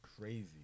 crazy